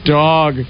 dog